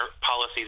policies